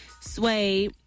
sway